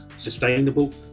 sustainable